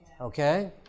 Okay